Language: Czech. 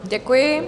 Děkuji.